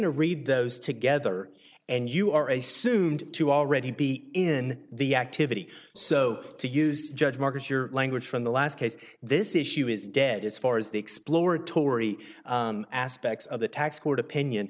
to read those together and you are a soon to already be in the activity so to use judge market your language from the last case this issue is dead as far as the exploratory aspects of the tax court opinion